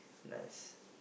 nice